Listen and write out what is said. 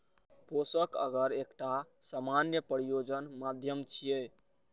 पोषक अगर एकटा सामान्य प्रयोजन माध्यम छियै